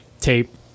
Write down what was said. tape